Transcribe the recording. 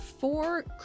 Four